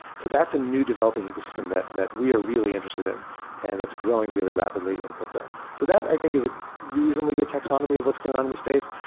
so that's a new developing ecosystem that that we are really interested in and that's growing really rapidly in crypto. so that i think is a reasonably good taxonomy of what's going on in this space,